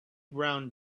brown